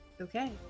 Okay